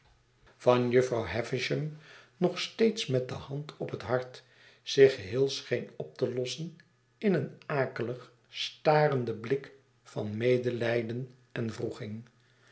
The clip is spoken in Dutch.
van jufvrouw havisham nog steeds met de hand op het hart zich geheel scheen op te lossen in een akelig starenden blik van medelijden